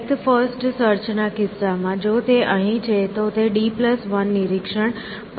depth first search ના કિસ્સામાં જો તે અહીં છે તો તે d 1 નિરીક્ષણ પછી મળશે